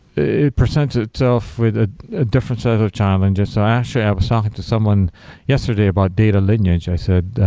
it presents itself with a different set of of challenges. so actually i was talking to someone yesterday about data lineage. i said,